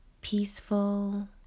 peaceful